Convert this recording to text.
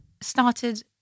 started